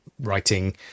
writing